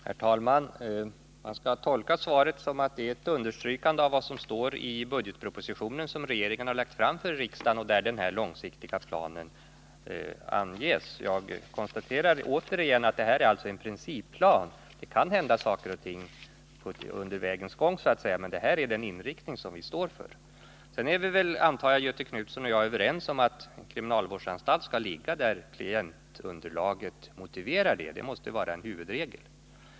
Herr talman! Man skall tolka svaret så att det är ett understrykande av vad som står i budgetpropositionen, som regeringen har lagt fram för riksdagen och där denna långsiktiga plan anges. Jag konstaterar återigen att detta är en principplan. Det kan hända saker och ting under vägens gång så att säga, men detta är den inriktning som regeringen står för. Sedan är väl Göthe Knutson och jag överens om att en kriminalvårdsanstalt skall ligga där klientunderlaget motiverar det. Detta måste vara en huvudregel.